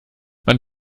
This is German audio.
man